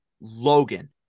Logan